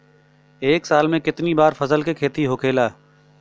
एक साल में कितना बार फसल के खेती होखेला?